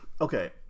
Okay